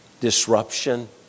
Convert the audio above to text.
disruption